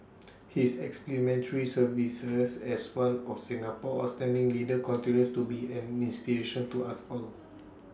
his exemplary services as one of Singapore's outstanding leaders continues to be an inspiration to us all